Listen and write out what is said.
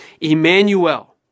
Emmanuel